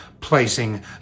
placing